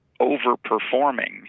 overperforming